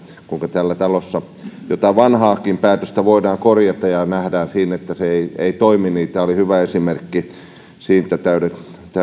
kuinka täällä talossa jotain vanhaakin päätöstä voidaan korjata kun nähdään että se ei toimi tämä oli hyvä esimerkki siitä täydet pisteet